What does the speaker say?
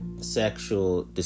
sexual